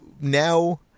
Now